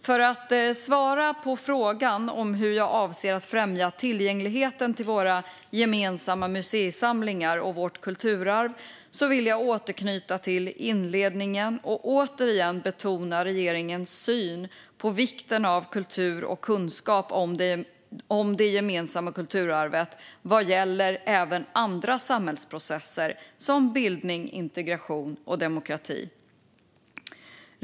För att svara på frågan hur jag avser att främja tillgängligheten till våra gemensamma museisamlingar och vårt kulturarv vill jag återknyta till inledningen och återigen betona regeringens syn på vikten av kultur och kunskap om det gemensamma kulturarvet även vad gäller samhällsprocesser som bildning, integration och demokrati.